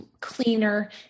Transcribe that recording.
cleaner